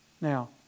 Now